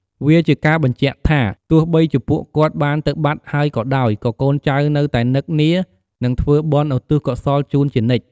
វាជាការបញ្ជាក់ថា ទោះបីជាពួកគាត់បានទៅបាត់ហើយក៏ដោយ ក៏កូនចៅនៅតែនឹកនា និងធ្វើបុណ្យឧទ្ទិសកុសលជូនជានិច្ច។